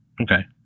Okay